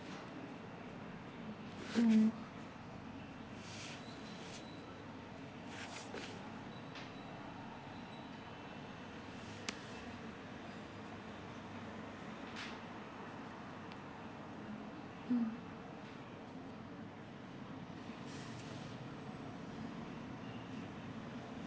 mm mm